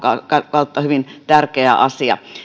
kautta hyvin tärkeä asia